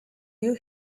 you